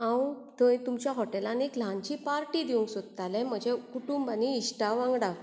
हांव थंय तुमच्या हॉटेलांत एक ल्हानशी पार्टी दिवंक सोदतालें म्हजें कुटूंब आनी इश्टां वांगडा